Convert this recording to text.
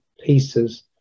pieces